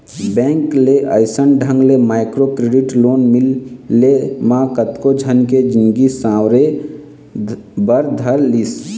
bank ले अइसन ढंग के माइक्रो क्रेडिट लोन मिले म कतको झन के जिनगी सँवरे बर धर लिस